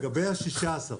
לגבי ה-16,